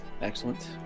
Excellent